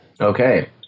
Okay